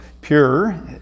pure